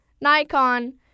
Nikon